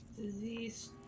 Disease